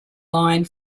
line